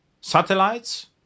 satellites